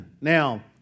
Now